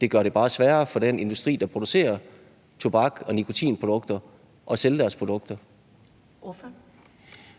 Det gør det bare sværere for den industri, der producerer tobak- og nikotinprodukter, at sælge deres produkter.